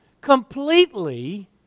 completely